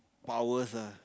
powers ah